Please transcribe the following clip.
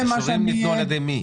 האישורים ניתנו על ידי מי?